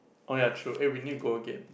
oh ya true eh we need to go again